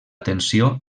atenció